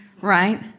Right